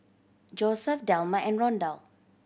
Josef Delma and Rondal